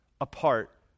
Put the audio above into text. apart